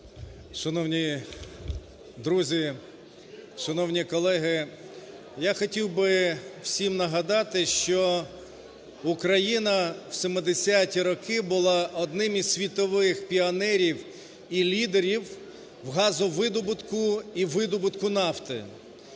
Шановні друзі, шановні колеги, я хотів би всім нагадати, що Україна у 70-і роки була одним із світових піонерів і лідерів газовидобутку і видобутку нафти.